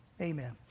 amen